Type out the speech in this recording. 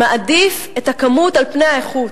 מעדיף את הכמות על פני האיכות.